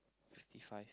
fifty five